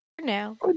now